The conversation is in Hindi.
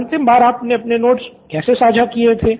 अंतिम बार आपने अपने नोट्स कैसे साझा किए थे